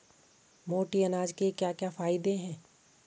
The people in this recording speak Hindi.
मोटे अनाज के क्या क्या फायदे हैं?